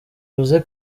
jose